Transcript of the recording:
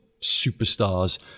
superstars